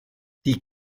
die